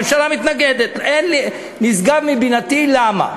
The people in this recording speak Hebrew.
הממשלה מתנגדת, נשגב מבינתי למה.